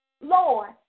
Lord